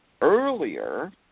earlier